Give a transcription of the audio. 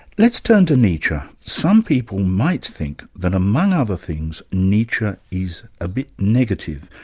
let's turn to nietzsche. some people might think that among other things, nietzsche is a bit negative,